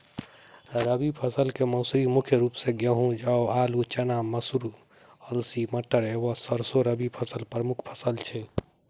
रबी फसल केँ मसूरी मुख्य रूप सँ गेंहूँ, जौ, आलु,, चना, मसूर, अलसी, मटर व सैरसो रबी की प्रमुख फसल छै